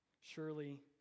Surely